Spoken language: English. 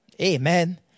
Amen